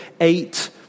eight